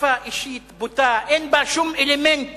התקפה אישית בוטה, אין בה שום אלמנט